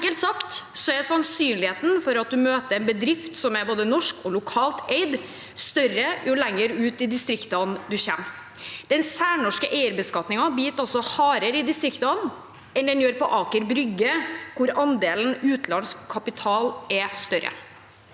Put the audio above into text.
Enkelt sagt er sannsynligheten for at du møter en bedrift som er både norsk og lokalt eid, større jo lenger ut i distriktene du kommer. Den særnorske eierbeskatningen biter også hardere i distriktene enn den gjør på Aker Brygge, hvor andelen utenlandsk kapital er større.